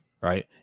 right